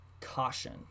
caution